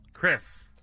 Chris